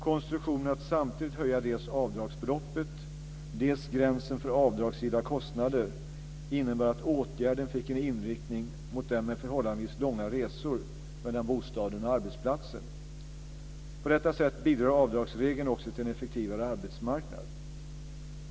Konstruktionen att samtidigt höja dels avdragsbeloppet, dels gränsen för avdragsgilla kostnader innebar att åtgärden fick en inriktning mot dem med förhållandevis långa resor mellan bostaden och arbetsplatsen. På detta sätt bidrar avdragsregeln också till en effektivare arbetsmarknad.